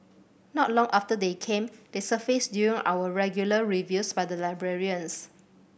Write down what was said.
not long after they came they surfaced during our regular reviews by the librarians